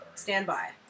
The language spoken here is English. standby